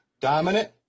Dominant